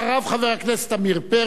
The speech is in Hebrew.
חבר הכנסת עמיר פרץ,